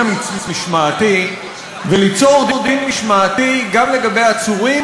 המשמעתי וליצור דין משמעתי גם לגבי עצורים,